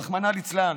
רחמנא ליצלן,